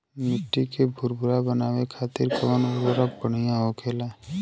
मिट्टी के भूरभूरा बनावे खातिर कवन उर्वरक भड़िया होखेला?